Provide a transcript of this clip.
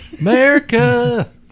America